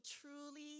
truly